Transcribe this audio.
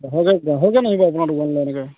আপোনাৰ দোকানলৈ এনেকে